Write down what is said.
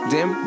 Dim